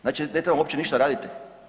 Znači ne trebamo uopće ništa raditi?